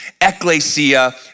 ecclesia